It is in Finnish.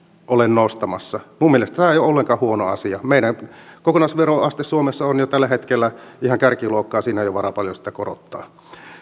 ole nostamassa minun mielestäni tämä ei ole ollenkaan huono asia meidän kokonaisveroaste suomessa on jo tällä hetkellä ihan kärkiluokkaa siinä ei ole varaa paljon korottaa